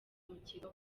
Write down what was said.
mukeba